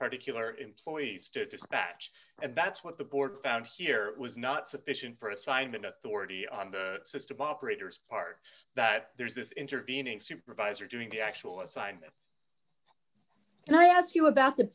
particular employees to dispatch and that's what the board found here was not sufficient for assignment authority on the system operators part that there's this intervening supervisor doing the actual assignment and i ask you about the